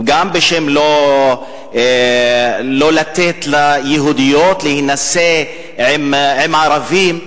וגם לא לתת ליהודיות להינשא לערבים.